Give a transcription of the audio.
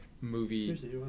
movie